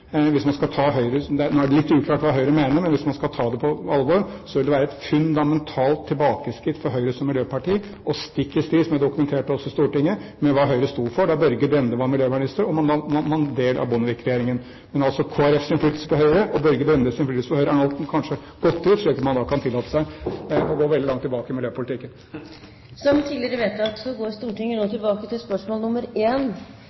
Det er litt uklart hva Høyre mener, men hvis man skal ta dette på alvor, vil det være et fundamentalt tilbakeskritt for Høyre som miljøparti, og stikk i strid med – som det også er dokumentert i Stortinget – hva Høyre sto for da Børge Brende var miljøvernminister, og man var en del av Bondevik-regjeringen. Men Kristelig Folkepartis innflytelse på Høyre og Børge Brendes innflytelse på Høyre har vel kanskje gått ut, slik at man kan tillate seg å gå veldig langt tilbake i miljøpolitikken.